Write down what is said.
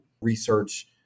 research